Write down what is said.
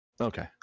Okay